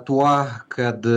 tuo kad